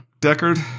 Deckard